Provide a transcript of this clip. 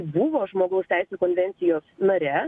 buvo žmogaus teisių konvencijos nare